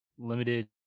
limited